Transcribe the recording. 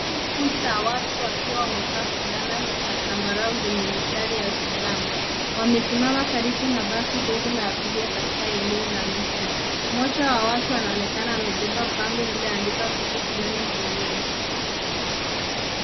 Huo ni kundi la watu wakiwa wamevaa fulana za zambarau zenye mistari ya usalama. Wamesimama karibu na basi dogo la abiria katika eneo la mji. Mmoja wa watu anaonekana amebeba bango lililoandikwa kitu fulani mgongoni.